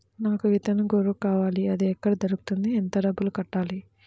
నాకు విత్తనం గొర్రు కావాలి? అది ఎక్కడ దొరుకుతుంది? ఎంత డబ్బులు కట్టాలి?